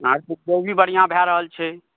अहाँकेँ उपजो भी बढ़िआँ भए रहल छै